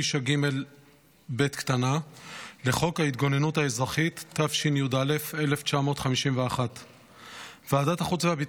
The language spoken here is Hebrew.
9ג(ב) לחוק ההתגוננות האזרחית תשי"א 1951. ועדת החוץ והביטחון